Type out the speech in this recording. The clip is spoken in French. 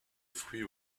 fruits